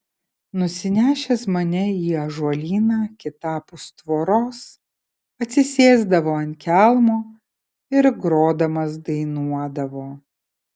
nusinešęs mane į ąžuolyną kitapus tvoros atsisėsdavo ant kelmo ir grodamas dainuodavo